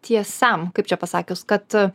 tiesiam kaip čia pasakius kad